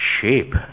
shape